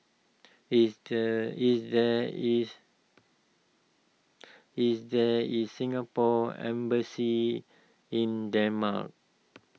is the is there is is there is Singapore Embassy in Denmark